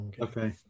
Okay